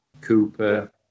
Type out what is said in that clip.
Cooper